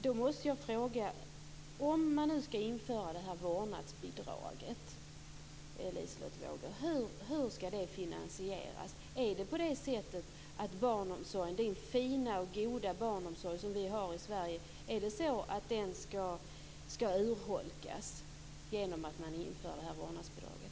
Jag måste fråga hur ett vårdnadsbidrag skall finansieras om det skall införas. Skall den fina och goda barnomsorg som vi har i Sverige urholkas genom att man inför vårdnadsbidraget?